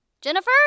Jennifer